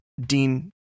Dean